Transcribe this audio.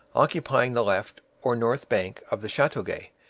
occupying the left, or north, bank of the chateauguay,